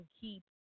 keep